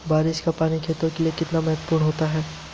बारिश का पानी खेतों के लिये कितना महत्वपूर्ण होता है?